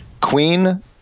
Queen